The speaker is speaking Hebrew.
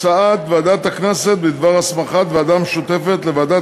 הצעת ועדת הכנסת בדבר הסמכת ועדה משותפת לוועדת